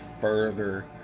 further